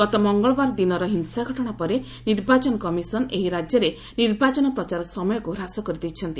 ଗତ ମଙ୍ଗଳବାର ଦିନର ହିଂସାଘଟଣା ପରେ ନିର୍ବାଚନ କମିଶନ ଏହି ରାଜ୍ୟରେ ନିର୍ବାଚନ ପ୍ରଚାର ସମୟକୁ ହ୍ରାସ କରିଦେଇଛନ୍ତି